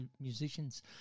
musicians